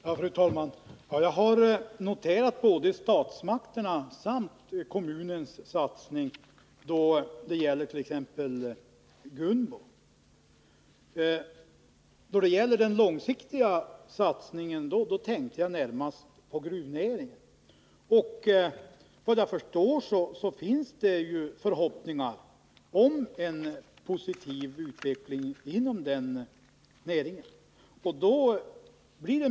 Fru talman! Jag har noterat både statsmakternas och kommunens satsning på t.ex. Gunbo. Då det gäller den långsiktiga satsningen tänkte jag närmast på gruvnäringen. Såvitt jag förstår finns det förhoppningar om en positiv utveckling inom den näringen.